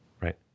right